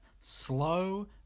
Slow